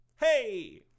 Hey